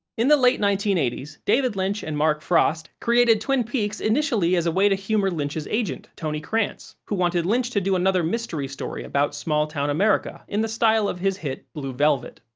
in the late nineteen eighty s, david lynch and mark frost created twin peaks initially as way to humor lynch's agent, tony krantz, who wanted lynch to do another mystery story about small-town america in the style of his hit, blue velvet.